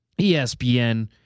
ESPN